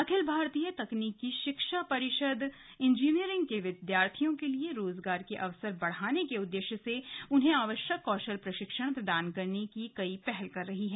अखिल भारतीय तकनीकी शिक्षा परिषद इंजीनियरिंग के विद्यार्थियों के लिए रोजगार के अवसर बढ़ाने के उद्देश्य से उन्हें आवश्यक कौशल प्रशिक्षण प्रदान करने की कई पहल कर रही है